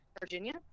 Virginia